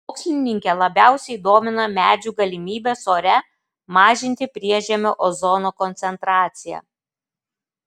mokslininkę labiausiai domina medžių galimybės ore mažinti priežemio ozono koncentraciją